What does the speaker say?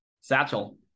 Satchel